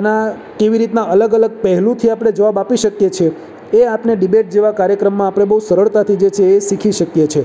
એના કેવી રીતનાં અલગ અલગ પહેલુંથી આપણે જવાબ આપી શકીએ છે એ આપણે ડિબેટ જેવા કાર્યક્રમમાં તે આપણે બહુ સરળતાથી જે છે શીખી શકીએ છીએ